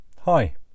Hi